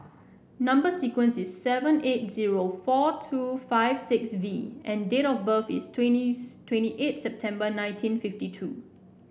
number sequence is seven eight zero four two five six V and date of birth is twentieth twenty eight September nineteen fifty two